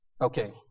Okay